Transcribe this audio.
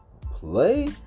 Play